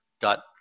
dot